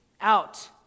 out